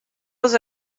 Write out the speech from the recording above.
els